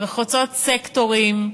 וחוצות סקטורים.